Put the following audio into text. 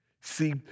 see